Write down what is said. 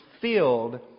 filled